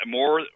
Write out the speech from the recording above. more